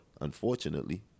unfortunately